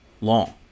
long